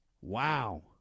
Wow